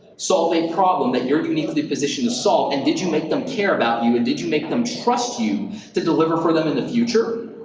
solve a problem that you're uniquely positioned to solve and did you make them care about you and did you make them trust you to deliver for them in the future?